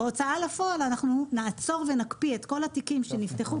בהוצאה לפועל אנחנו נעצור ונקפיא את כל התיקים שנפתחו